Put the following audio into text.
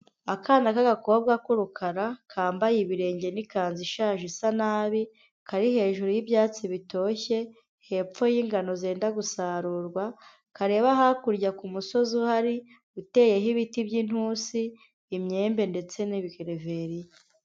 Akana k'agakobwa k'urukara, kambaye ibirenge n'ikanzu ishaje isa nabi, kari hejuru y'ibyatsi bitoshye hepfo y'ingano zenda gusarurwa, kareba hakurya ku musozi uhari uteyeho ibiti by'intusi, imyembe ndetse n'ibigereveriya.